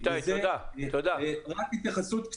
תודה, איתי.